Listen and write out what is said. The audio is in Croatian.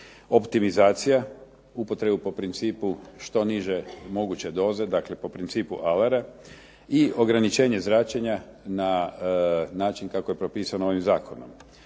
optimizacija, upotreba po principu što niže moguće doze, dakle po principu alara i ograničenje zračenja na način kako je propisano ovim zakonom.